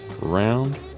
Round